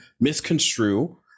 misconstrue